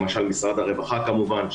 משרד הרווחה כמובן,